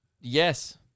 Yes